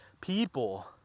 people